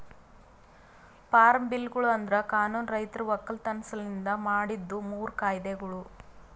form ಬಿಲ್ಗೊಳು ಅಂದುರ್ ಕಾನೂನು ರೈತರ ಒಕ್ಕಲತನ ಸಲೆಂದ್ ಮಾಡಿದ್ದು ಮೂರು ಕಾಯ್ದೆಗೊಳ್